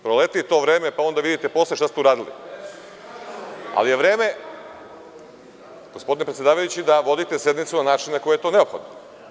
Proleti to vreme, pa onda vidite posle šta ste uradili, ali je vreme, gospodine predsedavajući, da vodite sednicu na način na koji je to neophodno.